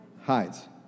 Hides